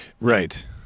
Right